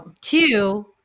Two